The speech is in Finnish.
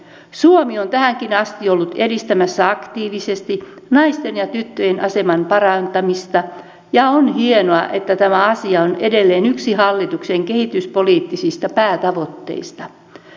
suomi on tähänkin asti ollut edistämässä aktiivisesti naisten ja tyttöjen aseman parantamista ja on hienoa että tämä asia on edelleen yksi hallituksen kehityspoliittisista päätavoitteista